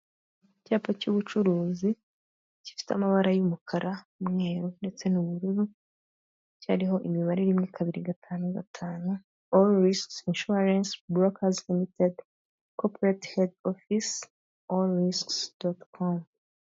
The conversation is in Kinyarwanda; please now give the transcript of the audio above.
Icyapa cy'ubucuruzi gifite amabara y'umukara, umweru ndetse n'ubururu cyariho imibare rimwe kabiri gatanu gatanu, all risks insurance brokers limited. Corporate head office all risks.com.